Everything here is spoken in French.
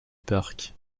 parc